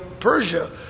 Persia